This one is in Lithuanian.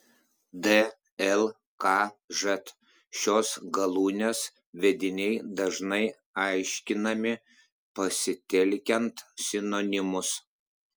dlkž šios galūnės vediniai dažnai aiškinami pasitelkiant sinonimus